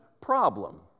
problem